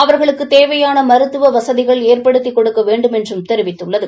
அவர்களுக்கு தேவையான மருத்துவ வசதிகள் ஏற்படுத்திக் கொடுக்க வேண்டுமென்றும் தெரிவித்துள்ளது